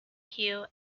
hue